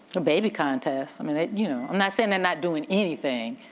a baby contest. i mean you know, i'm not saying they're not doing anything,